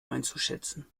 einzuschätzen